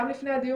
גם לפני הדיון